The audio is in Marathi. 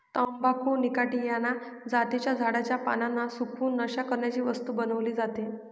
तंबाखू निकॉटीयाना जातीच्या झाडाच्या पानांना सुकवून, नशा करण्याची वस्तू बनवली जाते